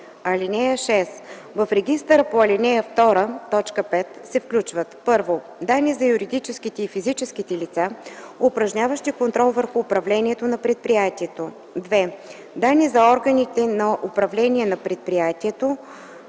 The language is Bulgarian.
услуги. (6) В регистъра по ал. 2, т. 5 се включват: 1. данни за юридическите и физическите лица, упражняващи контрол върху управлението на предприятието; 2. данни за органите на управление на предприятието,